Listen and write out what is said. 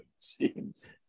Seems